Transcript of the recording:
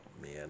man